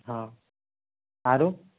ହଁ ଆରୁ